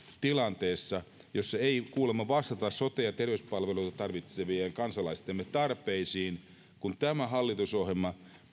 tilanteessa jossa ei kuulemma vastata sote ja terveyspalveluita tarvitsevien kansalaistemme tarpeisiin vaikka tämä hallitusohjelma